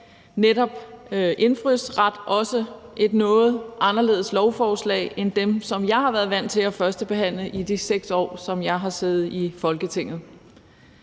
om indfødsret også et noget anderledes lovforslag end dem, som jeg har været vant til at førstebehandle i de 6 år, hvor jeg har selv siddet i Folketinget.